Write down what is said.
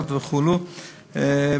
נסיעות וכדומה,